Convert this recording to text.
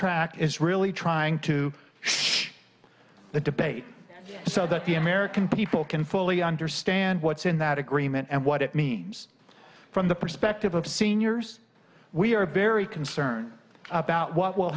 track is really trying to shape the debate so that the american people can fully understand what's in that agreement and what it means from the perspective of seniors we are very concerned about what will